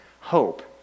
Hope